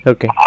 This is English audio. Okay